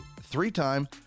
three-time